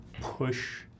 push